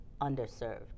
underserved